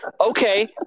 Okay